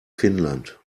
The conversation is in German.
finnland